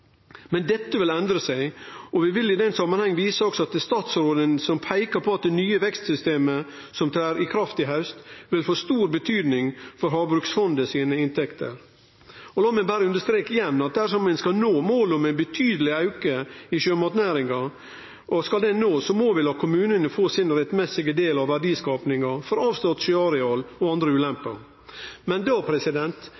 Men dette vil endre seg, og vi vil i den samanhengen vise til at også statsråden peiker på at det nye vekstsystemet som trer i kraft til hausten, vil få stor betydning for havbruksfondet sine inntekter. La meg berre understreke igjen at dersom ein skal nå målet om ein betydeleg auke i sjømatnæringa, må vi la kommunane få sin rettmessige del av verdiskapinga for avstått sjøareal og andre